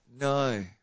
No